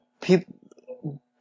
people